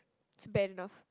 it's bad enough